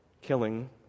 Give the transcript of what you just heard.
killing